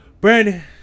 Brandon